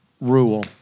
rule